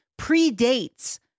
predates